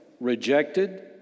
rejected